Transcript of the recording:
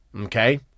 okay